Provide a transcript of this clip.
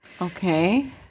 Okay